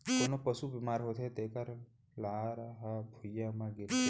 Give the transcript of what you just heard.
कोनों पसु बेमार होथे तेकर लार ह भुइयां म गिरथे